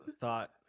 thought